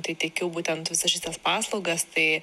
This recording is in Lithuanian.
tai teikiau būtent visažistės paslaugas tai